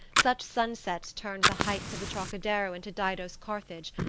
such sunsets turned the heights of the trocadero into dido's carthage,